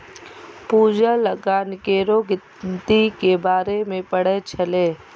पूजा लगान केरो गिनती के बारे मे पढ़ै छलै